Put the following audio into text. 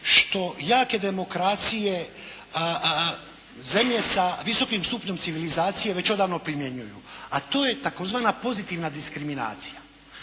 što jake demokracije, zemlje sa visokim stupnjem civilizacije već odavno primjenjuju a to je tzv. pozitivna diskriminacija.